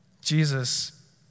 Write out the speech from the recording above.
Jesus